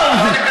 לא,